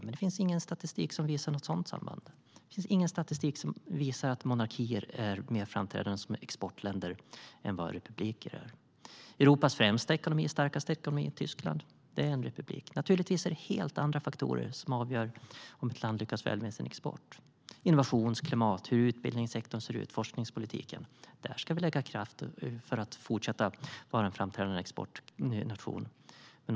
Men det finns ingen statistik som visar något sådant samband, ingen statistik som visar att monarkier är mer framträdande som exportländer än vad republiker är. Europas främsta och starkaste ekonomi är Tyskland. Det är en republik. Det är helt andra faktorer som avgör om ett land lyckas väl med sin export. Det handlar om innovationsklimat och hur utbildningssektorn och forskningspolitiken ser ut. Där ska vi lägga kraft för att fortsätta att vara en framträdande exportnation.